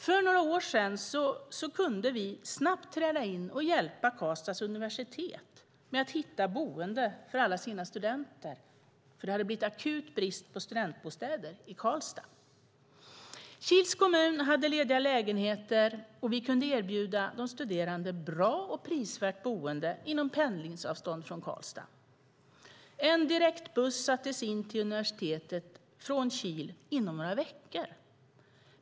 För några år sedan kunde vi snabbt träda in och hjälpa Karlstads universitet med att hitta boende för alla deras studenter, för det hade blivit akut brist på studentbostäder i Karlstad. Kils kommun hade lediga lägenheter, och vi kunde erbjuda de studerande bra och prisvärt boende inom pendlingsavstånd från Karlstad. En direktbuss sattes in till universitetet från Kil inom några veckor.